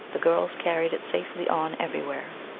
the girls carried it safely on everywhere.